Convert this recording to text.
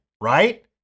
right